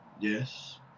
Yes